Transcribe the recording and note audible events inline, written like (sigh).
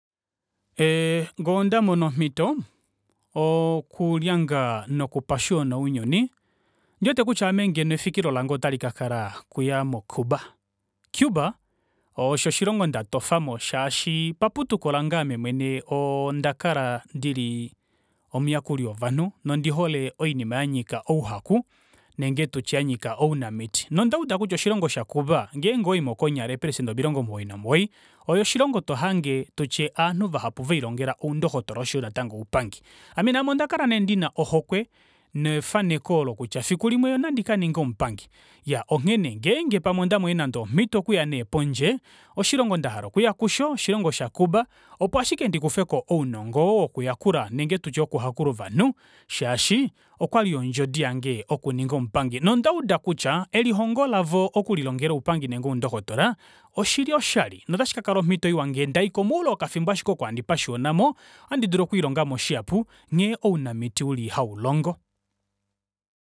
(hesitation) ngee ondamono omito oo okulyanga noku pashiyona ondi wete kutya ame ngeno efikilo lange okuya mo cuba. Cuba osho oshilongo ndatofamo shaashi paputuko lange ame mwene oo ndakala ndili omuyakuli wovanhu nondi hole oinima yanyika ouhaku nenge tutye yanyika ounamiti nonda uda kutya oshilongo sha cuba, ngeenge owaimo konyala eepelecenter omilongo omugoyi nomugoyi osho oshilongo tohange tutye ovanhu vahapu velilongela oudokotola oshoyo natango oupangi. Ame naame onda kala nee ndina ohokwe nefaneko olo kutya fikulimwe nandi kaninge omupangi. Iyaa onghene nee ngeenge pamwe onda monene nande omito okuya nee pondje oshilongo ndahala okuya kusho oshilongo sha cuba opo ashike ndikufeko ounongo oo wokuyakula nenge tutye woku hakula ovanhu shaashi okwali ondjodi yange oku lihongela oupangi, nonda uda kutya elihongo lavo oku lilongela oupangi nenge oundokotola, oshili oshali notashi kakala omito iwa ngee ndaiko moule wokafimbo ashike oko handi pashiyonamo oha ndidulu okulihongamo shihapu nghee ounamiti uli haulongo.